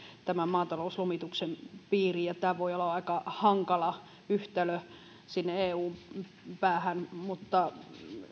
tämän maatalouslomituksen piiriin ja tämä voi olla aika hankala yhtälö sinne eun päähän mutta